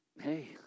hey